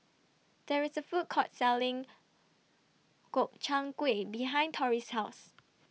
There IS A Food Court Selling Gobchang Gui behind Tori's House